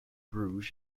bruges